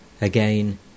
Again